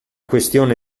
questione